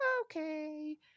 okay